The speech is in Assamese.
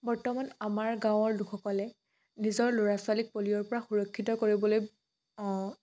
বৰ্তমান আমাৰ গাঁৱৰ লোকসকলে নিজৰ ল'ৰা ছোৱালীক পলিঅ'ৰ পৰা সুৰক্ষিত কৰিবলৈ